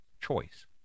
choice